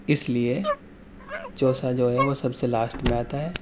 اس لیے چوسا جو ہے وہ سب سے لاسٹ میں آتا ہے